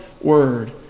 Word